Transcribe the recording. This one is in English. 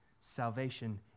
Salvation